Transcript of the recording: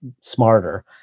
smarter